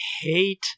hate